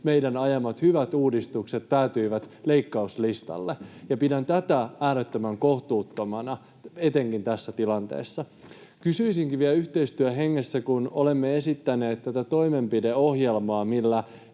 meidän ajamamme hyvät uudistukset päätyivät leikkauslistalle, ja pidän tätä äärettömän kohtuuttomana etenkin tässä tilanteessa. Kysyisinkin vielä yhteistyön hengessä: kun olemme esittäneet tätä toimenpideohjelmaa,